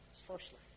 Firstly